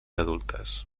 adultes